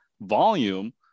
volume